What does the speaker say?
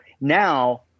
now